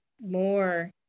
more